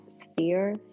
sphere